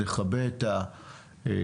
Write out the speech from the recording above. נכבה את המצלמה,